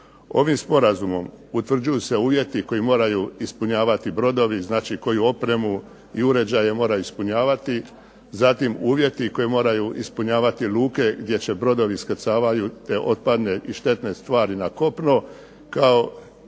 Ovim sporazumom utvrđuju se uvjeti koje moraju ispunjavati brodovi, znači koju opremu i uređaje moraju ispunjavati, zatim uvjeti koje moraju ispunjavati luke gdje se brodovi iskrcavaju te otpadne i štetne tvari na kopno